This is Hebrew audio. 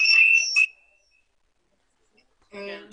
עורכת הדין ספי מזרחי.